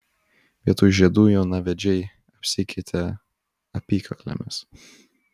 vietoj žiedų jaunavedžiai apsikeitė apykaklėmis